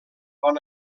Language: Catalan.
bon